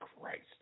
Christ